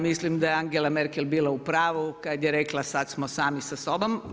Mislim da je Angela Merkel bila u pravu, kad je rekla sad smo sami sa sobom.